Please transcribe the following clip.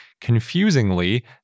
Confusingly